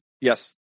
yes